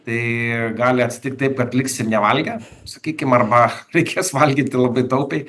tai gali atsitikti taip kad liksim nevalgę sakykim arba reikės valgyti labai taupiai